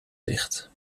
dicht